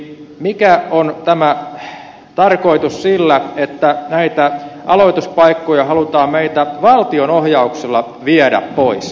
mikä on tämä tarkoitus sillä että näitä aloituspaikkoja halutaan meiltä valtionohjauksella viedä pois